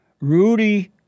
Rudy